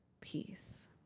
peace